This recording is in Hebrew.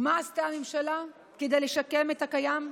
ומה עשתה הממשלה כדי לשקם את הקיים?